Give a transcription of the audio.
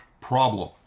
problem